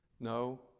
No